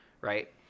Right